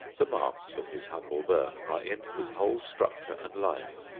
the marks of his humble birth are in his whole structure and life.